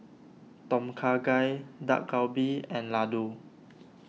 Tom Kha Gai Dak Galbi and Ladoo